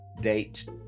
date